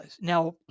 Now